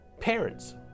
parents